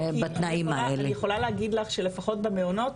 אני יכולה להגיד לך שלפחות במעונות,